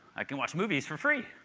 i can watch movies for free.